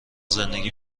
زندگی